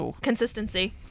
Consistency